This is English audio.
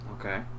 Okay